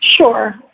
Sure